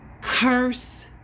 curse